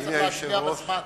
צריך להצביע בזמן.